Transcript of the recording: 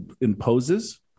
imposes